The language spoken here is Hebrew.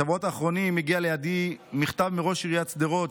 בשבועות האחרונים הגיע לידי מכתב מראש עיריית שדרות,